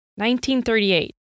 1938